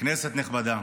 כנסת נכבדה,